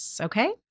okay